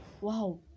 Wow